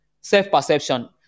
self-perception